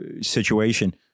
situation